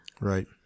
Right